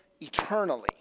eternally